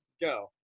Go